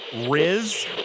Riz